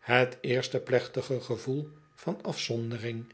het eerste plechtige gevoel van afzondering